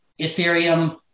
Ethereum